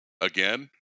Again